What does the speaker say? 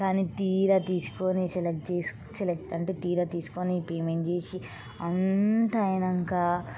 కానీ తీరా తీసుకుని సెలెక్ట్ చేసు సెలెక్ట్ అంటే తీరా తీసుకుని పేమెంట్ చేసి అంతా అయినాక